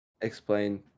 Explain